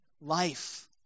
life